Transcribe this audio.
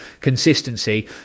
consistency